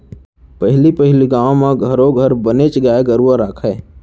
पहली पहिली गाँव म घरो घर बनेच गाय गरूवा राखयँ